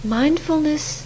mindfulness